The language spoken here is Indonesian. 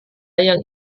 yang